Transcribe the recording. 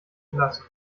verlassen